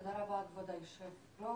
תודה רבה, כבוד היושב ראש.